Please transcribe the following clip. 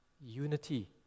Unity